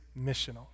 missional